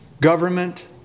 government